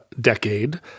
decade